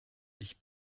ich